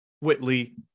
Whitley